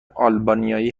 آلبانیایی